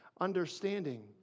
understanding